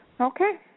Okay